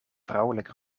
vrouwelijk